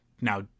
Now